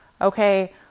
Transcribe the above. okay